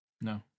No